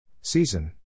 Season